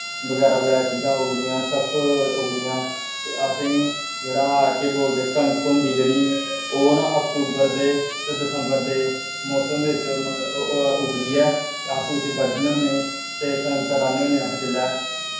बगैरा बगैरा चीजां उगदियां सरसों उगदियां ते असेंगी जेह्ड़ा केह् बोलदे कनक होंदी जेह्ड़ी ओह् ना अक्तूबर ते दिसंबर दे मौसम बिच्च उगदी ऐ ते अस उसी ब'ड्डने होन्ने ते कनक राह्न्ने होन्ने अस जेल्लै